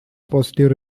positive